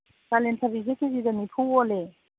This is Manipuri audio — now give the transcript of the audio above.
ꯀꯥꯂꯦꯟ ꯊꯕꯤꯁꯦ ꯀꯦꯖꯤꯗ ꯅꯤꯐꯨ ꯑꯣꯜꯂꯦ